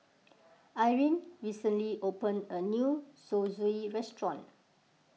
Irine recently opened a new Zosui restaurant